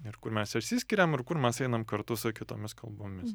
ir kur mes išsiskiriam ir kur mes einam kartu su kitomis kalbomis